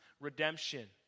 redemption